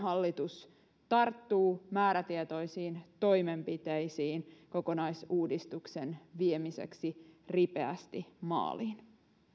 hallitus tarttuu määrätietoisiin toimenpiteisiin kokonaisuudistuksen viemiseksi ripeästi maaliin